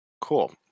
cool